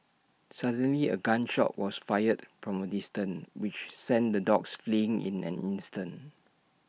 suddenly A gun shot was fired from A distance which sent the dogs fleeing in an instant